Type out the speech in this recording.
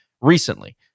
recently